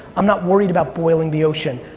i'm not worried about boiling the ocean.